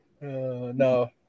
no